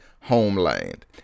homeland